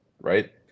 right